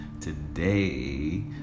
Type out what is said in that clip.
Today